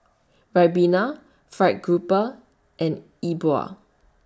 Ribena Fried Grouper and Yi Bua